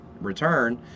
return